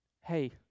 hey